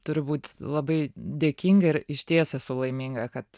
turiu būt labai dėkinga ir išties esu laiminga kad